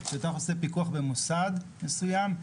כשאתה עושה פיקוח במוסד מסוים,